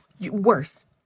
worse